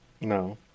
No